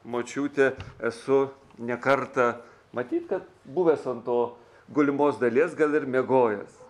močiutę esu ne kartą matyt kad buvęs ant to gulimos dalies gal ir miegojęs